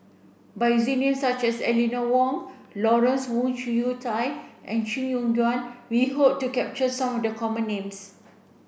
by using names such as Eleanor Wong Lawrence Wong Shyun Tsai and Chee Soon Juan we hope to capture some of the common names